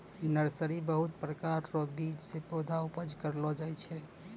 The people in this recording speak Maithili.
नर्सरी बहुत प्रकार रो बीज से पौधा उपज करलो जाय छै